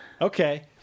Okay